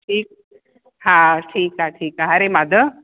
ठीकु हा ठीकु आहे ठीकु आहे हरे माधव